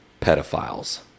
pedophiles